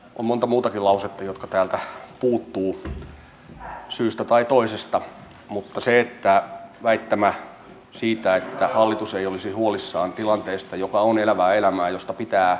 on monta muutakin lausetta jotka täältä puuttuvat syystä tai toisesta mutta väittämä siitä että hallitus ei olisi huolissaan tilanteesta joka on elävää elämää josta pitää voida puhua